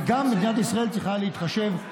ומדינת ישראל צריכה גם להתחשב,